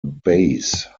base